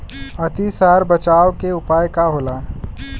अतिसार से बचाव के उपाय का होला?